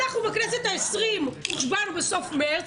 אנחנו בכנסת ה-20 הושבענו בסוף מרס,